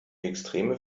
extreme